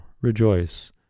Rejoice